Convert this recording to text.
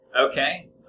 Okay